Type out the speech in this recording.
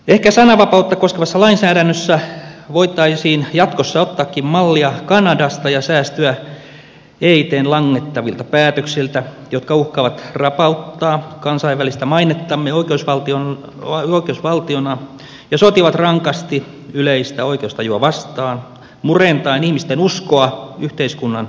ehkä sananvapautta koskevassa lainsäädännössä voitaisiin jatkossa ottaakin mallia kanadasta ja säästyä eitn langettavilta päätöksiltä jotka uhkaavat rapauttaa kansainvälistä mainettamme oikeusvaltiona ja sotivat rankasti yleistä oikeustajua vastaan murentaen ihmisten uskoa yhteiskunnan oikeudenmukaisuuteen